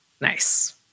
Nice